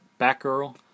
Batgirl